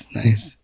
nice